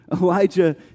Elijah